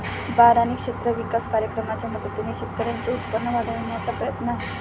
बारानी क्षेत्र विकास कार्यक्रमाच्या मदतीने शेतकऱ्यांचे उत्पन्न वाढविण्याचा प्रयत्न आहे